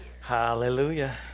Hallelujah